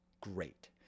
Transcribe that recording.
great